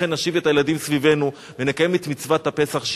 לכן נושיב את הילדים סביבנו ונקיים את מצוות הפסח,